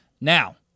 Now